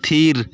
ᱛᱷᱤᱨ